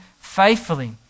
faithfully